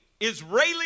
Israeli